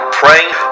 praying